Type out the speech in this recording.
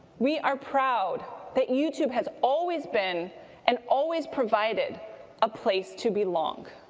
we are proud that youtube has always been and always provided a place to belong.